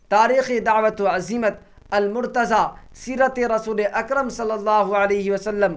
تاریخی دعوت و عزیمت المرتضیٰ سیرت رسول اکرم صلی اللہ علیہ وسلم